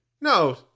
No